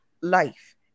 life